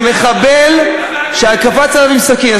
במחבל, שקפץ עליו עם סכין.